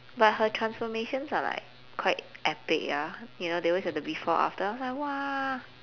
but her transformations are like quite epic ya you know they always have the before after I was like !wah!